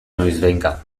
noizbehinka